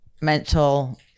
mental